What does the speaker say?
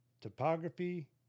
topography